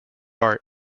art